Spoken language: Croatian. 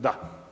Da.